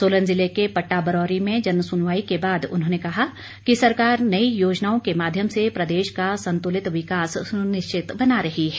सोलन ज़िले के पट्टाबरौरी में जनसुनवाई के बाद उन्होंने कहा कि सरकार नई योजनाओं के माध्यम से प्रदेश का संतुलित विकास सुनिश्चित बना रही है